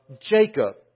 Jacob